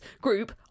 group